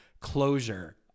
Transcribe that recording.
closure